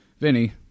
Vinny